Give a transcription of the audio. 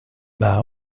ben